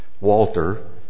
Walter